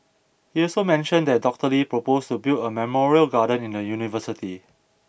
he also mentioned that Doctor Lee proposed to build a memorial garden in the university